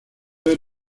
ver